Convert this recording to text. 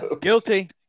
guilty